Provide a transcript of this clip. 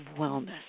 wellness